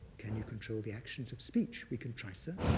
can you control the actions of speech? we can try, sir.